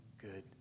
good